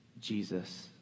Jesus